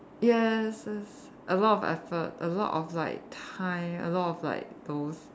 yes yes a lot of effort a lot of like time a lot of like those